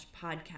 podcast